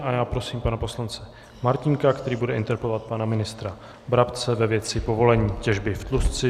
A já prosím pana poslance Martínka, který bude interpelovat pana ministra Brabce ve věci povolení těžby v Tlustci.